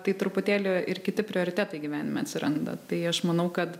tai truputėlį ir kiti prioritetai gyvenime atsiranda tai aš manau kad